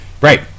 Right